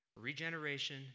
regeneration